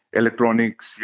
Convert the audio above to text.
electronics